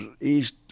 east